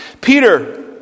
Peter